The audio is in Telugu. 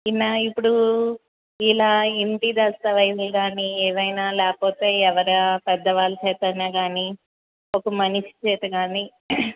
ఇన్న ఇప్పుడు ఇలా ఇంటి దస్తావైజులు గానీ ఏవైనా లేకపోతే ఎవర పెద్దవాళ్ళ చేత అయినా గానీ ఒక మనిషి చేత గానీ